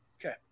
Okay